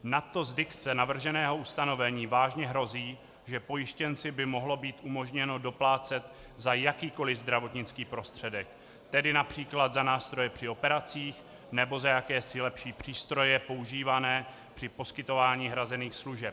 Nadto z dikce navrženého ustanovení vážně hrozí, že pojištěnci by mohlo být umožněno doplácet za jakýkoliv zdravotnický prostředek, tedy například za nástroje při operacích nebo za jakési lepší přístroje používané při poskytování hrazených služeb.